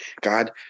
God